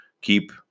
keep